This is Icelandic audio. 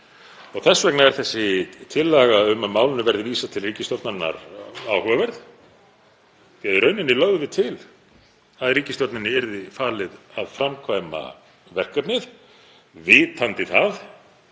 Þess vegna er þessi tillaga um að málinu verði vísað til ríkisstjórnarinnar áhugaverð því að í rauninni lögðum við til að ríkisstjórninni yrði falið að framkvæma verkefnið vitandi það